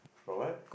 got what